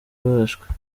barashwe